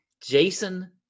Jason